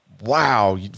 wow